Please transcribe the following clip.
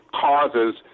causes